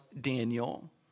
Daniel